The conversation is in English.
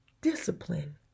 discipline